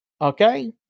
Okay